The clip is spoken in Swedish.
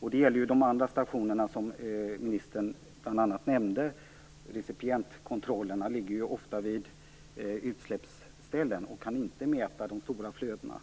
och det gäller också de andra stationer som ministern nämnde. Recipientkontrollerna ligger ofta vid utsläppsställen och kan inte mäta de stora flödena.